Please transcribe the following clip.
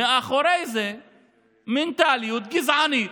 מאחורי זה יש מנטליות גזענית